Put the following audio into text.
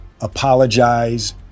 apologize